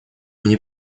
мне